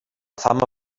fama